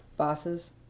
bosses